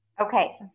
Okay